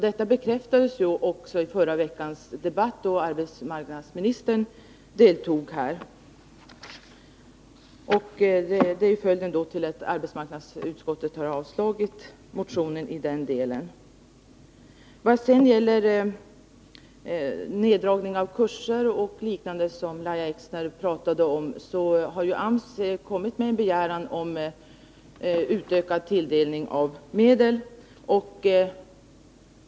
Detta bekräftades också i förra veckans debatt, i vilken arbetsmarknadsministern deltog. Det är skälet till att arbetsmarknadsutskottet har avstyrkt motionen i den delen. Lahja Exner talade om neddragningar av bl.a. kurser. Men AMS har kommit med en begäran om ökad tilldelning av medel.